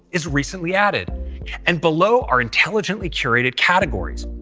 is recently added and below are intelligently created categories.